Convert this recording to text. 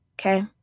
Okay